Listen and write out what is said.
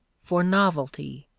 for novelty.